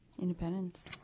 Independence